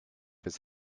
his